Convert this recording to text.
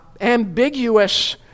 ambiguous